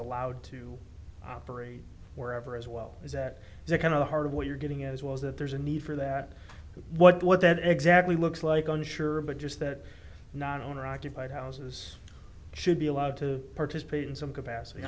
allowed to operate wherever as well is that they're kind of the heart of what you're getting as well as that there's a need for that what that exactly looks like on sure but just that not owner occupied houses should be allowed to participate in some capacity